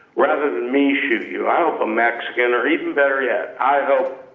rather than me shoot you, i hope a mexican, or even better yet, i hope